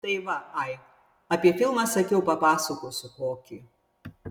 tai va ai apie filmą sakiau papasakosiu kokį